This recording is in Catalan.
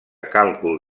càlcul